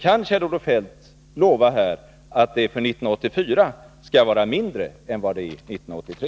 Kan Kjell-Olof Feldt lova att det för 1984 skall vara mindre än vad det är 1983?